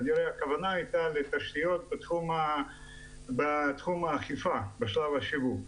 כנראה הכוונה היתה לתשתיות בתחום האכיפה בשלב השיווק.